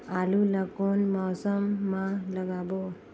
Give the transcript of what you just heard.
आलू ला कोन मौसम मा लगाबो?